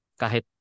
Kahit